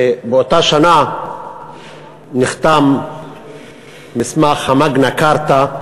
ובאותה שנה נחתם מסמך המגנה כרטה,